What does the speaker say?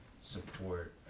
support